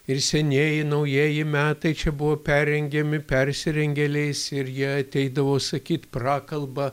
ir senieji naujieji metai čia buvo perrengiami persirengėliais ir jie ateidavo sakyt prakalbą